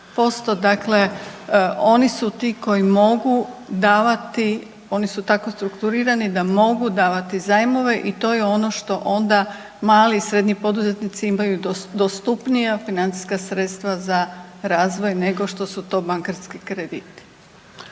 dakle oni su ti koji mogu davati, oni su tako strukturirani da mogu davati zajmove i to je ono što onda mali i srednji poduzetnici imaju dostupnija financijska sredstva za razvoj nego što su to bankarski krediti.